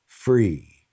Free